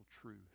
truth